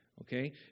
Okay